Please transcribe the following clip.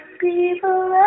people